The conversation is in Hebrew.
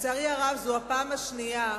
לצערי הרב זאת הפעם השנייה